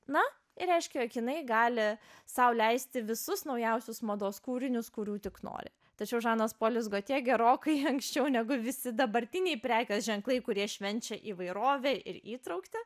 na reiškia jog jinai gali sau leisti visus naujausius mados kūrinius kurių tik nori tačiau žanas polis gotje gerokai anksčiau negu visi dabartiniai prekės ženklai kurie švenčia įvairovė ir įtrauktį